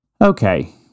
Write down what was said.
Okay